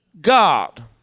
God